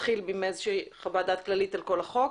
להתחיל מאיזה שהיא חוות דעת כללית על כל החוק,